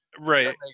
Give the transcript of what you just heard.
Right